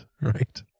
right